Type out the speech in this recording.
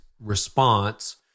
response